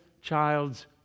child's